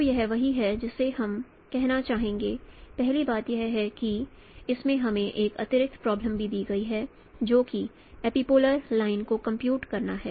तो यह वही है जिसे हम कहना चाहेंगे पहली बात यह है कि इसमें हमें एक अतिरिक्त प्रॉब्लम भी दी गई है जो कि एपीपोलर लाइन को कंप्यूट करना है